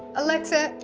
alexa,